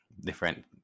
different